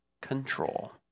control